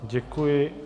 Děkuji.